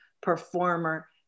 performer